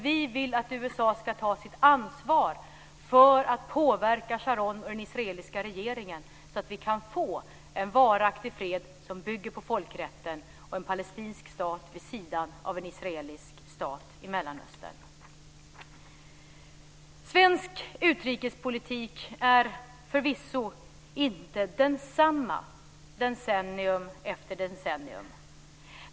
Vi vill att USA ska ta sitt ansvar för att påverka Sharon och den israeliska regeringen så att vi kan få en varaktig fred som bygger på folkrätten och en palestinsk stat vid sidan av en israelisk stat i Mellanöstern. Svensk utrikespolitik är förvisso inte densamma decennium efter decennium.